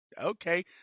okay